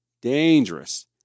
Dangerous